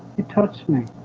he touched me